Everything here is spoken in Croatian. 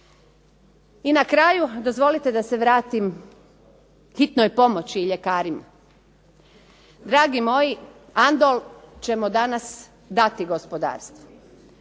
I na kraju, dozvolite da se vratim hitno je pomoći i ljekarima. Dragi moji, Andol ćemo danas dati gospodarstvu.